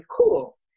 cool